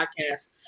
podcast